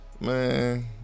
Man